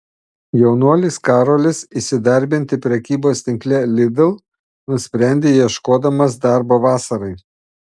jaunuolis karolis įsidarbinti prekybos tinkle lidl nusprendė ieškodamas darbo vasarai